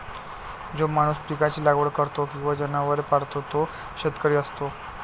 जो माणूस पिकांची लागवड करतो किंवा जनावरे पाळतो तो शेतकरी असतो